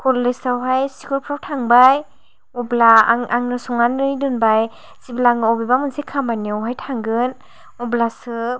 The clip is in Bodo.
कलेज आवहाय स्कुल फ्राव थांबाय अब्ला आं आंनो संनानै दोनबाय जेब्ला आं बबेबा मोनसे खामानियावहाय थांगोन अब्लासो